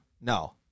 no